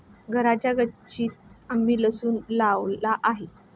घराच्या गच्चीतंच आम्ही लसूण लावला आहे